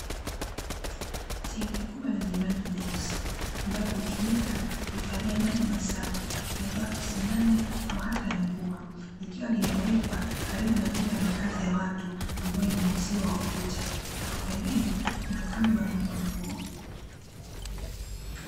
Tenki kubwa lenye rangi nyeusi, ambayo hutumika kuhifadhia maji masafi yanayotoka kisimani au hata ya mvua, likiwa limewekwa karibu na nyumba ya makazi ya watu, ambayo ina uzio wa ukuta na kwa pembeni kuna kamba imeanikwa nguo.